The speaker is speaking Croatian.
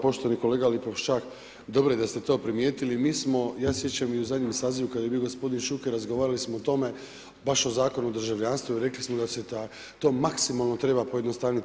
Poštovani kolega Lipošćak, dobro je da ste to primijetili, mi smo, ja se sjećam i u zadnjem sazivu kad je bio gospodin Šuker, razgovarali smo o tome, baš o Zakonu o državljanstvu i rekli smo da se to maksimalno treba pojednostaviti.